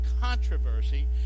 controversy